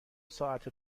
ساعت